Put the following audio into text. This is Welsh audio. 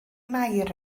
mair